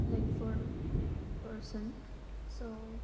like for person so